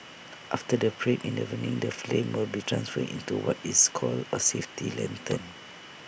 after the parade in the evening the flame will be transferred into what is called A safety lantern